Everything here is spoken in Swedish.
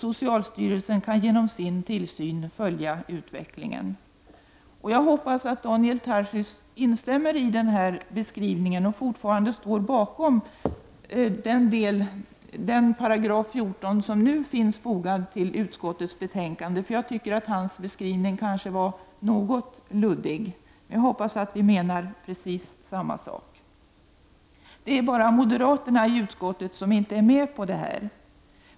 Socialstyrelsen kan genom sin tillsyn följa utvecklingen. Jag hoppas att Daniel Tarschys instämmer i den här beskrivningen och fortfarande står bakom den 14§ som nu finns fogad till utskottets betänkande, för jag tycker att hans beskrivning var något luddig. Jag hoppas att vi menar precis samma sak. Det är bara moderaterna i utskottet som inte är med på detta.